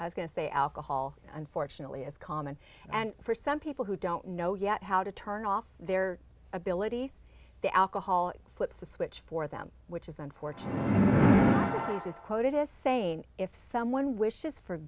i was going to say alcohol unfortunately is common and for some people who don't know yet how to turn off their abilities the alcohol flips a switch for them which is unfortunate because quote it is saying if someone wishes for